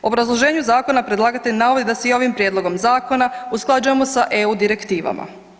U obrazloženju zakona, predlagatelj navodi da se i ovim prijedlogom zakona usklađujemo sa EU direktivama.